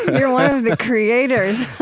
you're one of the creators.